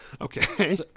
Okay